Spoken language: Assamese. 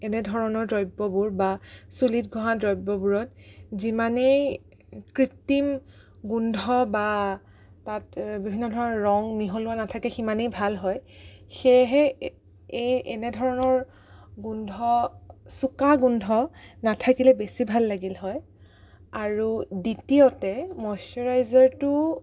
এনেধৰণৰ দ্ৰব্যবোৰ বা চুলিত ঘঁহা দ্ৰব্যবোৰত যিমানেই কৃত্ৰিম গোন্ধ বা তাত বিভিন্ন ধৰণৰ ৰং মিহলোৱা নাথাকে সিমানেই ভাল হয় সেয়েহে এই এনেধৰণৰ গোন্ধ চোকা গোন্ধ নাথাকিলে বেছি ভাল লাগিল হয় আৰু দ্ৱিতীয়তে মইশ্চাৰাইজাৰটো